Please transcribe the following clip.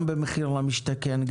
גם במחיר למשתכן,